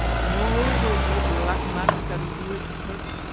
moreover, no black man can do it hurt.